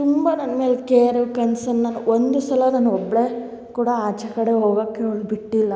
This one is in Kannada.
ತುಂಬ ನನ್ನ ಮೇಲೆ ಕೇರು ಕನಸನ್ನು ಒಂದು ಸಲ ನಾನು ಒಬ್ಬಳೇ ಕೂಡ ಆಚೆ ಕಡೆ ಹೋಗಕ್ಕೆ ಅವ್ಳು ಬಿಟ್ಟಿಲ್ಲ